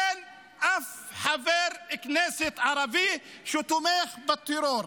אין אף חבר כנסת ערבי שהוא תומך בטרור.